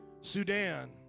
Sudan